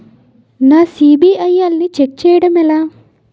నా సిబిఐఎల్ ని ఛెక్ చేయడం ఎలా?